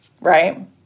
right